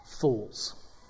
fools